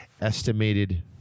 estimated